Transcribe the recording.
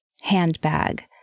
handbag